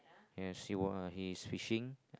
yes he was he is fishing